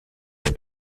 den